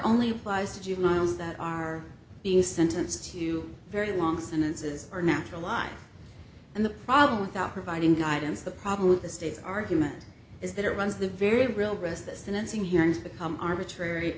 only applies to juveniles that are being sentenced to very long sentences or natural life and the problem without providing guidance the problem with the state's argument is that it runs the very real restlessness inherent become arbitrary